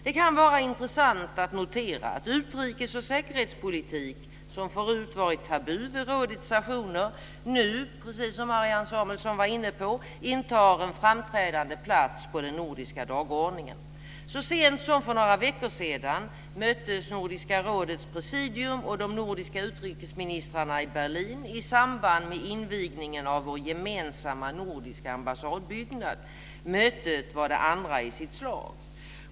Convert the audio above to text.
Det kan vara intressant att notera att utrikes och säkerhetspolitik, som förut varit tabu vid rådets sessioner, nu intar en framträdande plats på den nordiska dagordningen, precis som Marianne Samuelsson var inne på. Så sent som för några veckor sedan möttes Nordiska rådets presidium och de nordiska utrikesministrarna i Berlin i samband med invigningen av vår gemensamma nordiska ambassadbyggnad. Mötet var det andra i sitt slag.